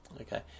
Okay